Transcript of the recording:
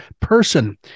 person